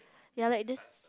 ya like this